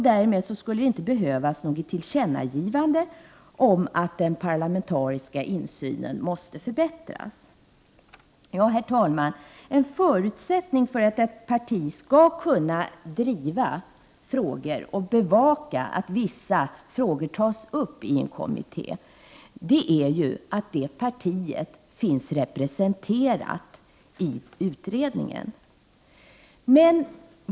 Därmed skulle inte något tillkännagivande behövas om att den parlamentariska insynen måste förbättras. Herr talman! En förutsättning för att ett parti skall kunna driva frågor och bevaka att vissa frågor tas upp i en kommitté är att det partiet finns representerat i kommittén.